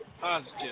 Positive